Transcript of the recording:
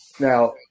Now